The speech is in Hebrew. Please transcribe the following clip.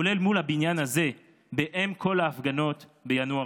כולל מול הבניין הזה ב"אם כל ההפגנות" בינואר